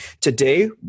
Today